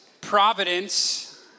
providence